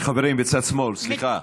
חברים בצד שמאל, סליחה.